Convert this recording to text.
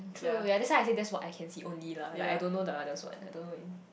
true ya that's why I say that's what I can see only lah like I don't know the others what I don't know in